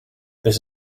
this